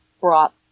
brought